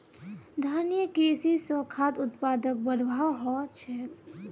धारणिये कृषि स खाद्य उत्पादकक बढ़ववाओ ह छेक